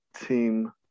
Team